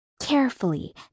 carefully